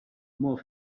more